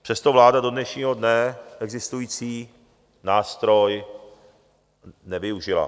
Přesto vláda do dnešního dne existující nástroj nevyužila.